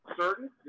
certain